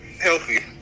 healthy